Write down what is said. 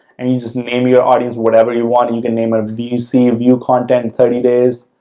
and you just name your audience, whatever you want. you can name a vc, view content in thirty days,